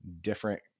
different